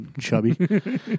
chubby